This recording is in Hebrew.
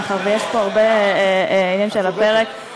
מאחר שיש פה הרבה עניינים שעל הפרק,